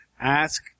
Ask